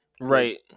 right